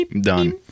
Done